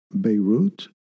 Beirut